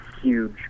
huge